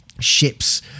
ships